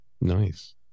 Nice